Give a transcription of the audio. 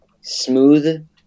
smooth